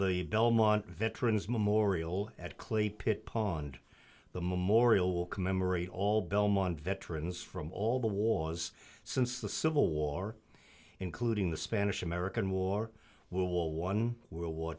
the belmont veterans memorial at clay pit pawned the memorial will commemorate all belmont veterans from all the war has since the civil war including the spanish american war will one world war